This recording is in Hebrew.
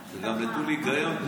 זה גם נטול היגיון.